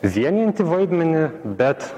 vienijantį vaidmenį bet